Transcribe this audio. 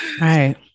Right